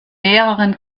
mehreren